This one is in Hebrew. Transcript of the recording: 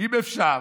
אם אפשר,